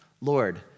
Lord